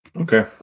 Okay